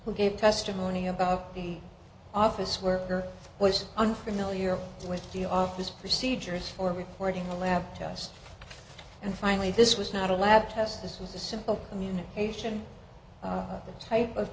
who gave testimony about the office worker was unfamiliar with the office procedures for reporting a lab test and finally this was not a lab test this was a simple communication the type of